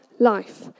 Life